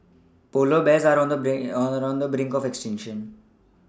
polar bears are on the brink or on the brink of extinction